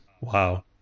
Wow